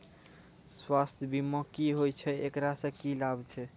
स्वास्थ्य बीमा की होय छै, एकरा से की लाभ छै?